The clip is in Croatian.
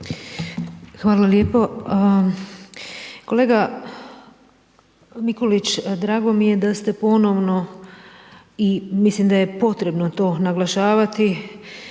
Hvala lijepo. Kolega Mikulić, drago mi je da ste ponovno i mislim da je potrebno to naglašavati,